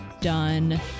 done